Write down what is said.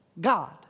God